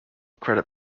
credit